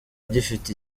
gifite